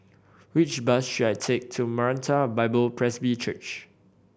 which bus should I take to Maranatha Bible Presby Church